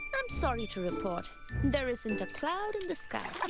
i'm sorry to report there isn't a cloud in the sky.